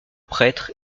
prêtre